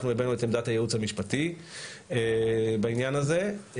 אנחנו הבענו את הייעוץ המשפטי בעניין הזה,